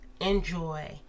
enjoy